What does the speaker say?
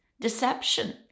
deception